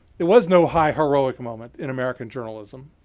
there was no high heroic moment in american journalism.